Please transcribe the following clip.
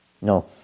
No